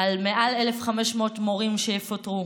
על מעל 1,500 מורים שיפוטרו,